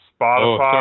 Spotify